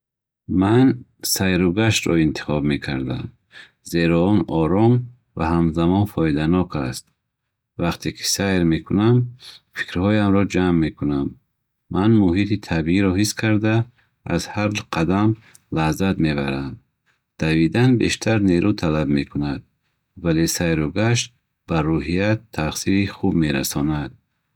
Ман сайругаштро интихоб мекардам, зеро он ором ва ҳамзамон фоиданок аст. Вақте ки сайр мекунам, фикрҳоямро ҷамъ мекунам. Ман муҳити табииро ҳис карда, аз ҳар қадам лаззат мебарам. Давидан бештар нерӯ талаб мекунад, вале сайругашт ба рӯҳият таъсири хуб мерасонад.